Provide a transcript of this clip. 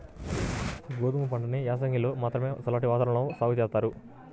గోధుమ పంటని యాసంగిలో మాత్రమే చల్లటి వాతావరణంలో సాగు జేత్తారు